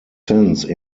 since